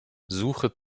suche